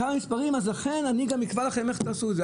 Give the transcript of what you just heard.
לכן אני אקבע לכם איך תעשו את זה.